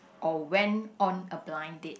or went on a blind date